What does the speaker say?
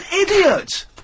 idiot